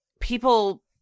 people